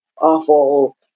awful